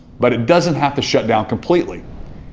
but it doesn't have to shut down completely.